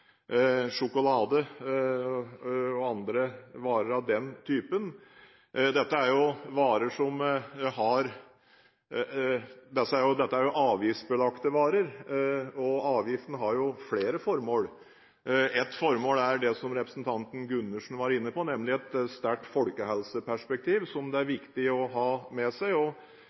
sjokolade og andre varer av den typen. Dette er avgiftsbelagte varer. Avgiftene har flere formål. Et formål er det som representanten Gundersen var inne på, nemlig et sterkt folkehelseperspektiv, som det er viktig å ha med seg.